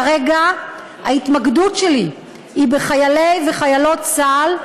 כרגע ההתמקדות שלי היא בחיילי וחיילות צה"ל,